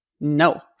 no